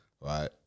Right